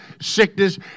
sickness